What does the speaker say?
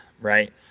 right